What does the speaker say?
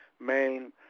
main